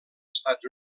estats